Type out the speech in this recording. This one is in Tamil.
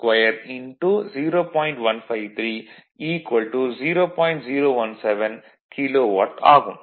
017 கிலோவாட் ஆகும்